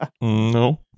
No